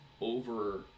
over